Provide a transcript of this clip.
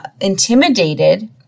intimidated